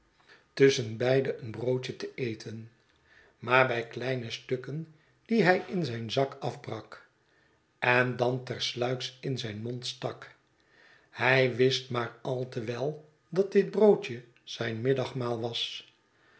tusschenbeide een broodje te eten maar bij kleine stukken die hij in zijn zak afbrak en dan tersluiks in zijn mond stak hij wist maar al te wel dat dit broodje zijn middagmaal was